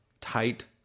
tight